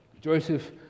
Joseph